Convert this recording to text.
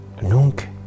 nunc